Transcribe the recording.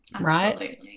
right